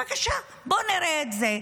בבקשה, בואו נראה את זה.